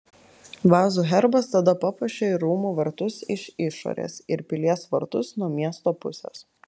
vazų herbas tada papuošė ir rūmų vartus iš išorės ir pilies vartus nuo miesto pusės